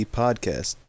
podcast